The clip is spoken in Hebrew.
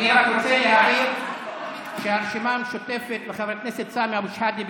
אני רק רוצה להעיר שהרשימה המשותפת וחבר הכנסת סמי אבו שחאדה,